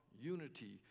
unity